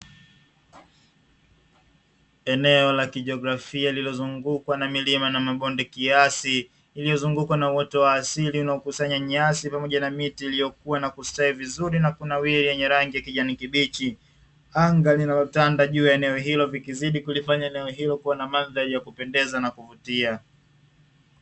Eneo la kijiografia lililozungukwa na milima na mabonde kiasi, iliozungukwa na uoto wa asili unaokusanya nyasi pamoja na miti iliyokua na kustawi vizuri na kunawili vizuri yenye rangi ya kijani kibichi, anga linalotanda katika eneo hilo likizidi kulifanya eneo hilo kuwa na mandhari ya kupendeza na kuvutia.